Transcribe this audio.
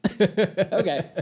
okay